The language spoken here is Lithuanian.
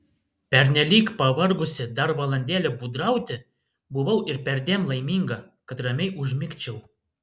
pernelyg pavargusi dar valandėlę būdrauti buvau ir perdėm laiminga kad ramiai užmigčiau